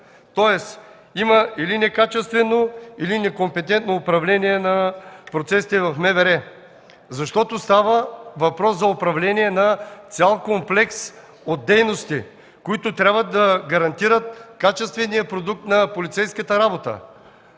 Тоест, има или некачествено, или некомпетентно управление на процесите в МВР. Защото става въпрос за управление на цял комплекс от дейности, които трябва да гарантират качествения продукт на полицейската работа